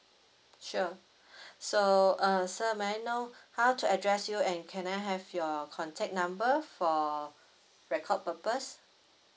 sure so err sir may I know how to address you and can I have your contact number for record purpose